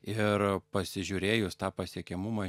ir pasižiūrėjus tą pasiekiamumą